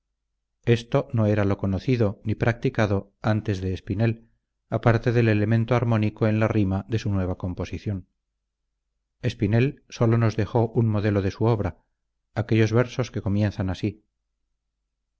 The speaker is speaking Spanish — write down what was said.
esto no era lo conocido ni practicado antes de espinel aparte del elemento armónico en la rima de su nueva composición espinel sólo nos dejó un modelo de su obra aquellos versos que comienzan así